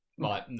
Right